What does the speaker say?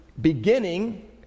beginning